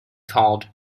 called